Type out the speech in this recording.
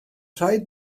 rhaid